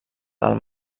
del